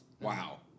Wow